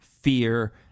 Fear